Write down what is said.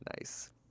Nice